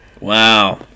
Wow